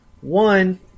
one –